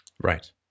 Right